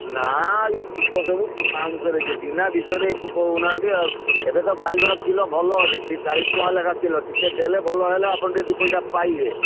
ନା ଇଏ ପୋକ ସବୁ ପାଉଁଶରେ ଯିବେ ବିନା ବିଷରେ ଏ ପୋକ ହଉନାହାନ୍ତି ଆଉ ଏବେ ତ ବାଇଗଣ କିଲୋ ଭଲ ଅଛି ଚାଳିଶ ଟଙ୍କା ଲେଖାଏଁ କିଲୋ ଟିକେ ଦେଲେ ଭଲ ହେଲେ ଆପଣ ଟିକେ ଦୁଇ ପଇସା ପାଇବେ